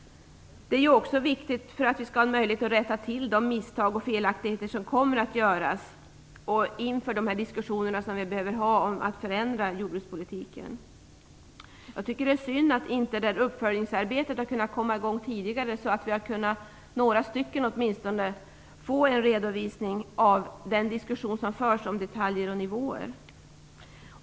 Det är också viktigt att vi har en möjlighet att rätta till de misstag och felaktigheter som kommer att göras och inför de diskussioner som vi behöver ha om att förändra jordbrukspolitiken. Det är synd att uppföljningsarbetet inte har kommit i gång tidigare, så att åtminstone några av oss har kunnat få en redovisning av den diskussion som förs om detaljer och nivåer.